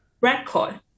record